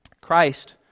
christ